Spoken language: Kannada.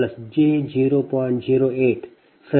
08 ಸರಿ